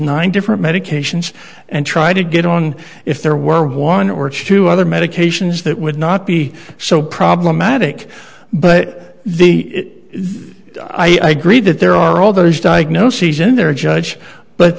nine different medications and try to get on if there were one or two other medications that would not be so problematic but the i agreed that there are all those diagnoses in there judge but